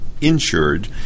insured